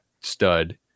stud